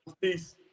Peace